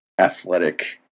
athletic